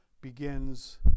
begins